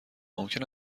ممکن